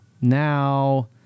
now